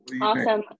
Awesome